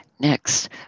next